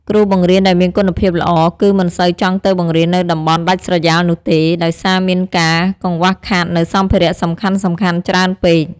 គ្រូបង្រៀនដែលមានគុណភាពល្អ គឺមិនសូវចង់ទៅបង្រៀននៅតំបន់ដាច់ស្រយាលនោះទេ ដោយសារមានការកង្វះខាតនៅសម្ភារៈសំខាន់ៗច្រើនពេក។